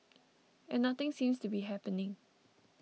and nothing seems to be happening